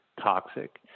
toxic